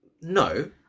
no